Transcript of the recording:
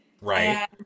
Right